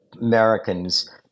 Americans